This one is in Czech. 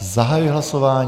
Zahajuji hlasování.